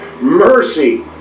Mercy